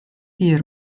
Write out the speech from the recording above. hir